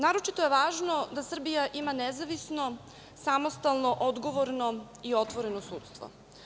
Naročito je važno da Srbija ima nezavisno, samostalno, odgovorno i otvoreno sudstvo.